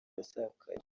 yasakaye